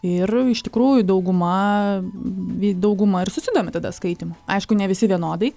ir iš tikrųjų dauguma dauguma ir susidomi tada skaitymu aišku ne visi vienodai